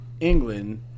England